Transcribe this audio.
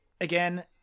again